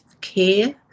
care